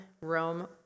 Rome